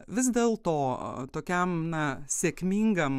vis dėlto tokiam na sėkmingam